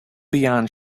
beyond